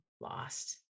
lost